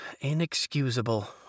inexcusable